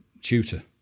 tutor